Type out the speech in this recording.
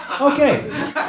Okay